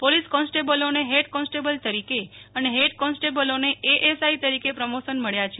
police કોન્સ્ટેબલને head constable તરીકે અને હેડ કોન્સ્ટેબલ એએસઆઈ તરીકે પ્રમોશન મળ્યા છે